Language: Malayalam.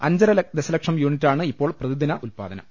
അഞ്ചര ദശ ലക്ഷം യൂണിറ്റാണ് ഇപ്പോൾ പ്രതിദിന ഉത്പാദനം